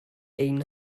ein